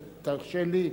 תרשה לי.